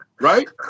Right